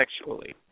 sexually